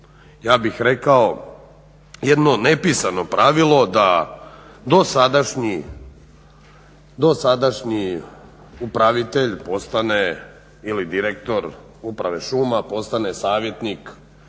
ja bih rekao jedno nepisano pravilo da dosadašnji upravitelj postane ili direktor uprave šuma postane savjetnik,